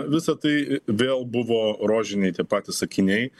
visa tai vėl buvo rožiniai tie patys akiniai